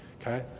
Okay